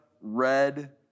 red